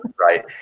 right